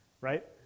Right